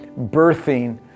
birthing